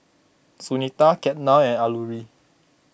Sunita Ketna and Alluri